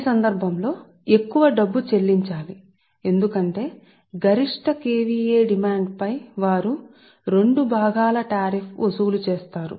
ఈ సందర్భం లో మీరు ఎక్కువ డబ్బు చెల్లించాలి ఎందుకంటే మీ గరిష్ట KVA డిమాండ్పై వారు వసూలు చేసే రెండు భాగాల సుంకం ఉంది